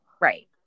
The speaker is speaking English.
Right